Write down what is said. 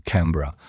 Canberra